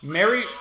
Mary